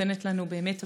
שנותנת לנו באמת הפוגה.